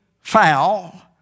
foul